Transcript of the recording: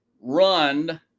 run